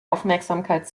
aufmerksamkeit